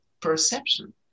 perception